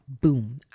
boom